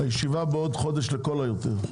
הישיבה בעוד חודש לכל היותר.